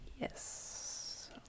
Yes